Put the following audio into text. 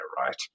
right